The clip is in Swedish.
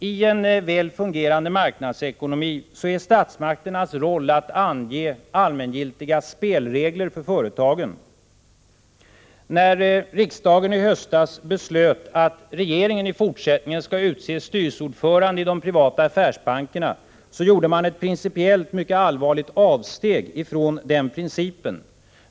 I en väl fungerande marknadsekonomi är statsmakternas roll att ange allmängiltiga spelregler för företagen. När riksdagen i höstas beslöt att regeringen i fortsättningen skall utse styrelseordförande i de privata affärsbankerna, så gjorde man ett principiellt sett mycket allvarligt avsteg från den principen.